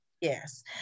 Yes